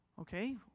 okay